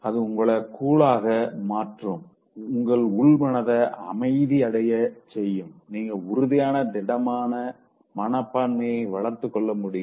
அது உங்களை கூலாக மாற்றும் உங்கள் உள்மனத அமைதி அடையச் செய்யும் நீங்க உறுதியான திடமான மனப்பான்மைய வளத்துக்க முடியும்